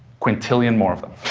quintillion more of them.